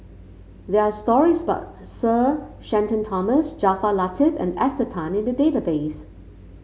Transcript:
there are stories about Sir Shenton Thomas Jaafar Latiff and Esther Tan in the database